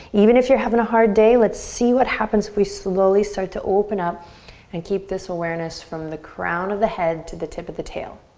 even if you're having a hard day let's see what happens we slowly start to open up and keep this awareness from the crown of the head to the tip of the tail.